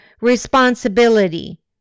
responsibility